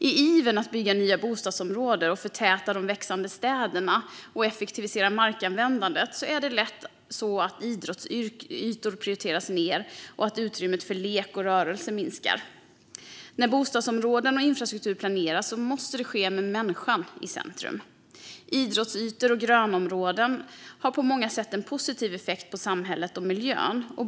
I ivern att bygga nya bostadsområden, förtäta de växande städerna och effektivisera markanvändandet är det lätt att idrottsytor prioriteras ned och att utrymmet för lek och rörelse minskar. När bostadsområden och infrastruktur planeras måste det ske med människan i centrum. Idrottsytor och grönområden har på många sätt en positiv effekt på samhället och miljön.